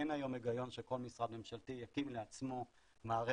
אין היום היגיון שכל משרד ממשלתי יקים לעצמו מערכת